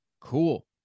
Cool